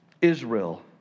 Israel